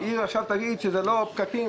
עכשיו שזה בגלל הפקקים